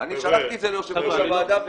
שלחתי את זה ליושב-ראש הוועדה,